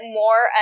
more